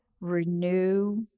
renew